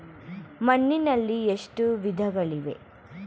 ಮಣ್ಣಿನಲ್ಲಿ ಎಷ್ಟು ವಿಧಗಳಿವೆ?